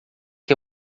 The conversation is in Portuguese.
que